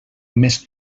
més